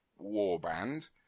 warband